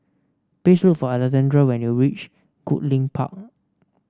please look for Alexandrea when you reach Goodlink Park